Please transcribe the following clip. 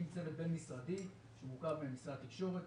צוות בין משרדי שמורכב ממשרד התקשורת,